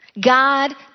God